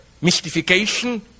mystification